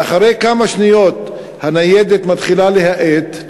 ואחרי כמה שניות הניידת מתחילה להאט,